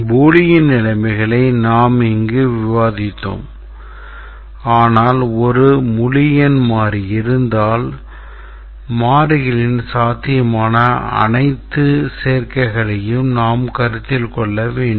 Boolean நிலைமைகளை நாம் இங்கு விவாதித்தோம் ஆனால் ஒரு முழுஎண் மாறி இருந்தால் மாறிகளின் சாத்தியமான அனைத்து சேர்க்கைகளையும் நாம் கருத்தில் கொள்ள வேண்டும்